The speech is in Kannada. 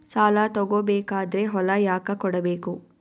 ಸಾಲ ತಗೋ ಬೇಕಾದ್ರೆ ಹೊಲ ಯಾಕ ಕೊಡಬೇಕು?